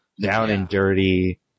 down-and-dirty